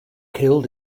killed